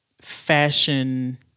fashion